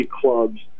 clubs